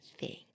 Thanks